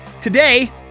today